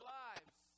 lives